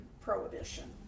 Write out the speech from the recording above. Prohibition